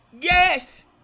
Yes